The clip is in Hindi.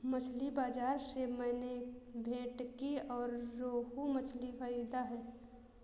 मछली बाजार से मैंने भेंटकी और रोहू मछली खरीदा है